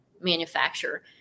manufacturer